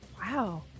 Wow